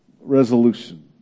resolution